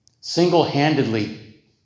Single-handedly